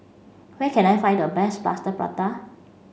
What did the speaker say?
where can I find the best plaster prata